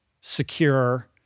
secure